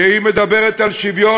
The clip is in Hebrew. כשהיא מדברת על שוויון,